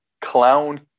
clown